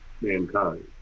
mankind